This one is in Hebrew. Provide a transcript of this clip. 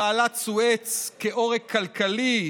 תעלת סואץ כעורק כלכלי.